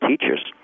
teachers